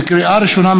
לקריאה ראשונה,